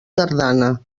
tardana